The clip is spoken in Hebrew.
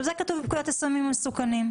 זה כתוב בפקודת הסמים המסוכנים.